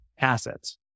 assets